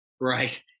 Right